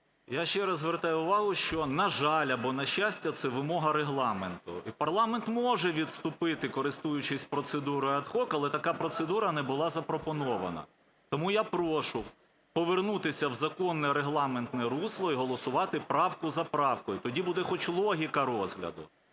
Я ще раз звертаю увагу, що, на жаль, або, на щастя, це вимога Регламенту. І парламент може відступити, користуючись процедурою ad hoc, але така процедура не була запропонована. Тому я прошу повернутися в законне регламентне русло і голосувати правку за правкою. Тоді буде хоч логіка розгляду.